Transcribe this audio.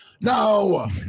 No